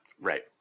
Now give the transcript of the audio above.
Right